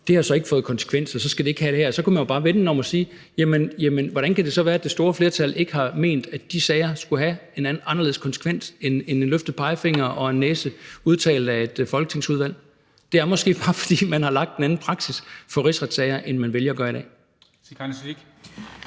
Det har så ikke fået konsekvenser, og så skal det heller ikke have det her. Så kunne man jo bare vende den om og sige: Jamen hvordan kan det så være, at det store flertal ikke har ment, at de sager skulle have en anderledes konsekvens end en løftet pegefinger og en næse givet af et folketingsudvalg? Det er måske bare, fordi man havde lagt en anden praksis for rigsretssager, end man vælger at gøre i dag.